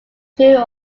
two